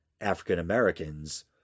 African-Americans